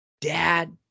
Dad